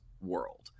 world